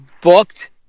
booked